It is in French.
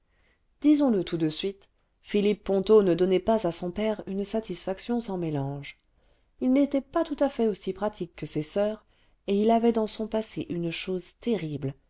disons-le tout de suite philippe ponto ne donnait pas à son père une satisfaction sans mélange il n'était pas tout à fait aussi pratique que ses soeurs et il avait dans son passé une chose terrible